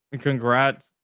congrats